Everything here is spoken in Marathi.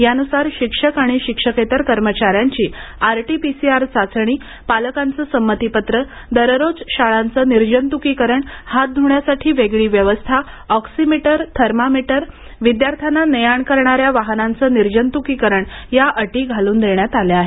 यानुसार शिक्षक आणि शिक्षकेतर कर्मचाऱ्यांची R T P C R चाचणी पालकांचे संमतीपत्र दररोज शाळांचं निर्जंतुकीकरण हात ध्रण्यासाठी वेगळी व्यवस्था ऑक्सी मिटर थर्मामीटर विद्यार्थ्यांना ने आण करणाऱ्या वाहनांचे निर्जंतुकीकरण अटी घालून देण्यात आल्या आहेत